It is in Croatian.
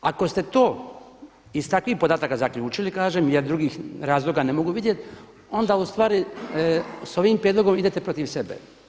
Ako ste to iz takvih podataka zaključili kažem jer drugih razloga ne mogu vidjeti, onda u stvari sa ovim prijedlogom idete protiv sebe.